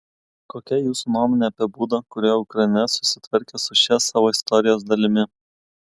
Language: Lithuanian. kokia jūsų nuomonė apie būdą kuriuo ukraina susitvarkė su šia savo istorijos dalimi